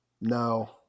No